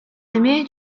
эмиэ